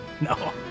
No